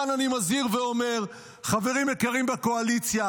כאן אני מזהיר ואומר: חברים יקרים בקואליציה,